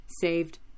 saved